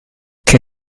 che